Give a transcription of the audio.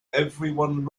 everyone